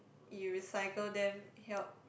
you recycle them help